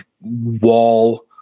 wall